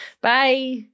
Bye